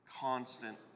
constant